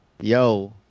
Yo